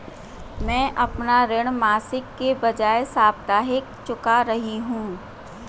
मैं अपना ऋण मासिक के बजाय साप्ताहिक चुका रही हूँ